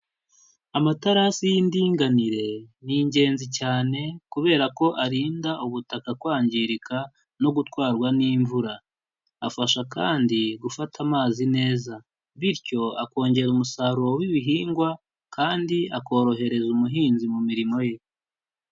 Amaterasi y'indinganire ni ingenzi cyane, kubera ko arinda ubutaka kwangirika no gutwarwa n'imvura, afasha kandi gufata amazi neza, bityo akongera umusaruro w'ibihingwa, kandi akorohereza umuhinzi mu mirimo ye.